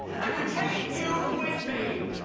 i would take you with me!